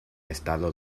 estado